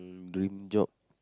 mm dream job